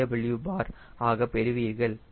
7SW cw ஆக பெறுவீர்கள்